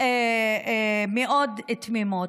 מאוד תמימות.